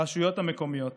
הרשויות המקומיות